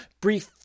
brief